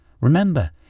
Remember